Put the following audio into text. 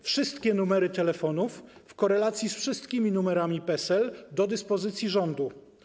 Wszystkie numery telefonów w korelacji ze wszystkimi numerami PESEL do dyspozycji rządu.